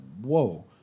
whoa